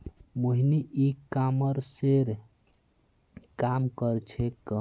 मोहिनी ई कॉमर्सेर काम कर छेक्